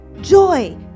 joy